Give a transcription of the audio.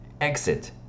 exit